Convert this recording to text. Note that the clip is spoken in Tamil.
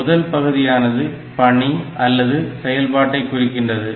முதல் பகுதியானது பணி அல்லது செயல்பாட்டை குறிக்கின்றது